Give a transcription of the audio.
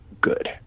Good